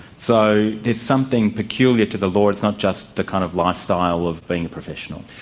so there's something peculiar to the law it's not just the kind of lifestyle of being a professional?